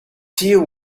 deal